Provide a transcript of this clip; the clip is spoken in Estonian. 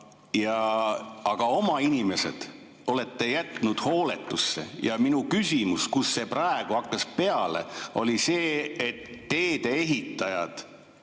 aga oma inimesed olete jätnud hooletusse. Minu küsimus, kust see praegu hakkas peale, oli see, et teedeehitajad